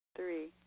Three